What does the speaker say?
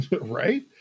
right